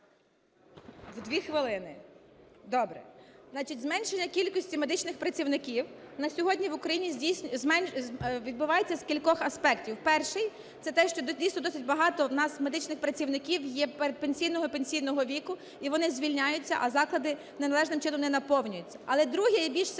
зменшення кількості медичних працівників на сьогодні в Україні відбувається з кількох аспектів. Перший - це те, що, дійсно, досить багато у нас медичних працівників є передпенсійного і пенсійного віку, і вони звільняються, а заклади належним чином не наповнюються. Але друга, і більш системна,